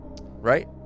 right